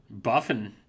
buffing